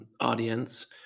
audience